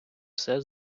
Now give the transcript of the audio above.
все